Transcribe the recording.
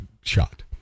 shot